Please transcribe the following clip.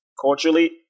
culturally